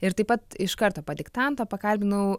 ir taip pat iš karto po diktanto pakalbinau